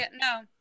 No